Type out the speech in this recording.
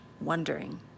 wondering